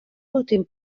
últim